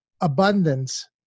abundance